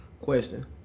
Question